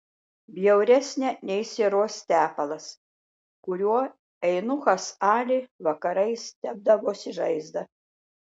bjauresnė nei sieros tepalas kuriuo eunuchas ali vakarais tepdavosi žaizdą